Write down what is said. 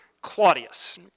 Claudius